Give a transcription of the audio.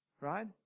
Right